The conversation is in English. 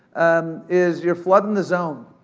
um is you're floodin' the zone.